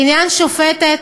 בעניין שופטת,